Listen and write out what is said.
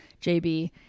Jb